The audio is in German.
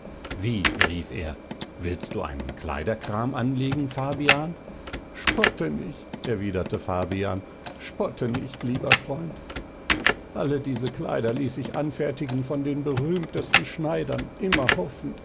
wie rief er willst du einen kleiderkram anlegen fabian spotte nicht erwiderte fabian spotte nicht lieber freund alle diese kleider ließ ich anfertigen von den berühmtesten schneidern immer hoffend